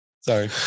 Sorry